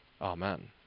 Amen